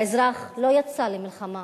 האזרח לא יצא למלחמה